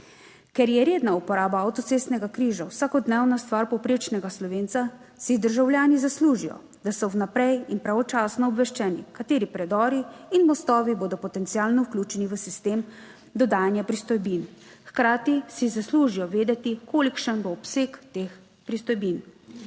Ker je redna uporaba avtocestnega križa vsakodnevna stvar povprečnega Slovenca, si državljani zaslužijo, da so vnaprej in pravočasno obveščeni, kateri predori in mostovi bodo potencialno vključeni v sistem dodajanja pristojbin. Hkrati si zaslužijo vedeti, kolikšen bo obseg teh pristojbin.